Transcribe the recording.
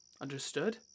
Understood